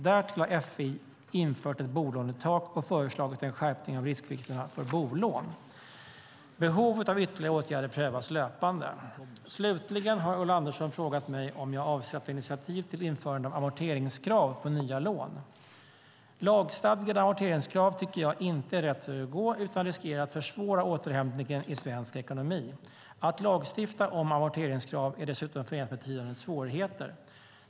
Därtill har FI infört ett bolånetak och föreslagit en skärpning av riskvikterna för bolån. Behovet av ytterligare åtgärder prövas löpande. Slutligen har Ulla Andersson frågat mig om jag avser att ta initiativ till införande av amorteringskrav på nya lån. Lagstadgade amorteringskrav tycker jag inte är rätt väg att gå utan riskerar att försvåra återhämtningen i svensk ekonomi. Att lagstifta om amorteringskrav är dessutom förenat med betydande svårigheter.